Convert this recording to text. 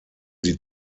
sie